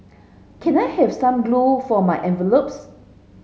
can I have some glue for my envelopes